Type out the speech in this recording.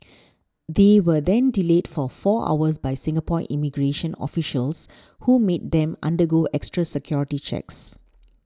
they were then delayed for four hours by Singapore immigration officials who made them undergo extra security checks